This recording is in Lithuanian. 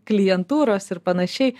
klientūros ir panašiai